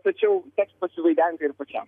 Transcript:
tačiau teks pasivaidenti ir pačiam